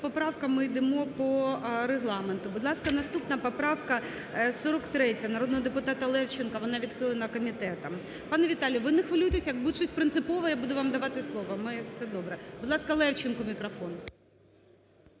поправках, ми йдемо по регламенту. Будь ласка, наступна поправка 43 народного депутата Левченка. Вона відхилена комітетом. Пане Віталію, ви не хвилюйтеся: як буде щось принципове, я буду вам давати слово. Все добре! Будь ласка, Левченку мікрофон.